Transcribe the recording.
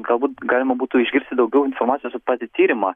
galbūt galima būtų išgirsti daugiau informacijos apie patį tyrimą